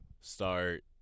start